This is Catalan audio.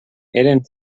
eren